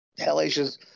hellacious